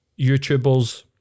YouTubers